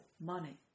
money